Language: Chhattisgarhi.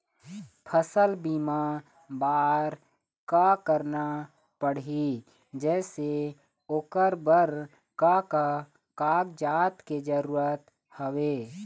फसल बीमा बार का करना पड़ही जैसे ओकर बर का का कागजात के जरूरत हवे?